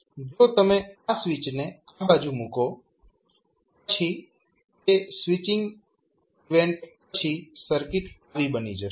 જો તમે આ સ્વિચને આ બાજુ મુકો તો પછી તે સ્વિચિંગ ઇવેન્ટ પછી સર્કિટ આવી બની જશે